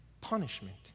punishment